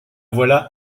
voilà